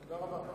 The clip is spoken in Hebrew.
תודה רבה.